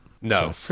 No